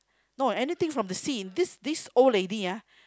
no anything from the sea this this old lady ah